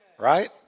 Right